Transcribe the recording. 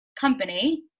company